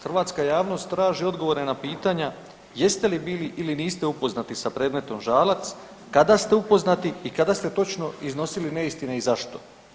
Hrvatska javnost traži odgovore na pitanje jeste li bili ili niste upoznati sa predmetom Žalac, kada ste upoznati i kada ste točno iznosili neistine i zašto?